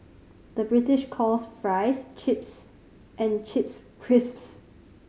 the British calls fries chips and chips crisps